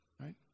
Right